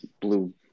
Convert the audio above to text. blue